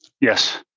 Yes